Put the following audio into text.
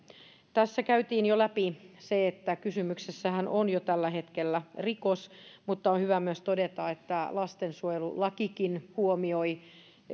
tässä käytiin jo läpi se että kysymyksessähän on jo tällä hetkellä rikos mutta on hyvä myös todeta että myös lastensuojelulakikin huomioi